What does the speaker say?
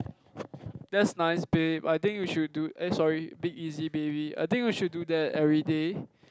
that's nice babe I think you should do eh sorry big easy baby I think we should do that everyday